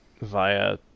via